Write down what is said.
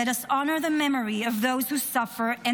let us honor the memory of those who suffered and